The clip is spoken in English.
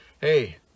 Hey